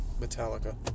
Metallica